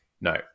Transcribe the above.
No